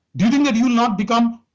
do you think that you'll not become.